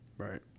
Right